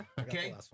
Okay